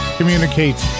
Communicate